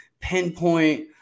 pinpoint